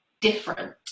different